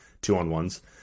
two-on-ones